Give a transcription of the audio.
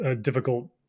difficult